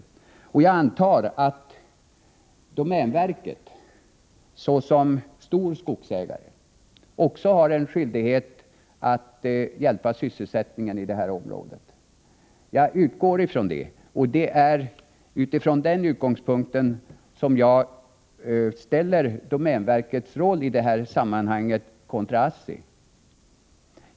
Fredagen den Jag antar också att domänverket som stor skogsägare har en skyldighet att 22 mars 1985 stödja sysselsättningen inom området. Det är från den utgångspunkten som jag tar upp domänverkets roll i förhållande till ASSTi det här sammanhanget.